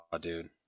dude